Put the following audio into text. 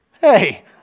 hey